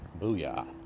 Booyah